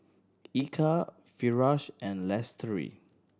Eka Firash and Lestari